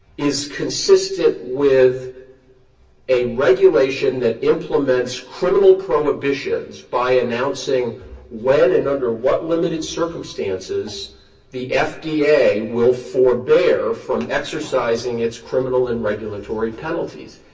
is consistent with a regulation that implements criminal prohibitions by announcing when and under what limited circumstances the fda will forebear from exercising its criminal and regulatory penalties.